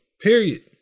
period